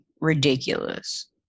ridiculous